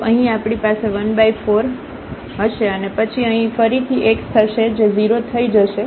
તો અહીં આપણી પાસે 14 હશે અને પછી અહીં ફરીથી x થશે જે 0 થઈ જશે